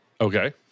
Okay